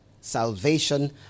salvation